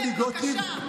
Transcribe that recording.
טלי גוטליב,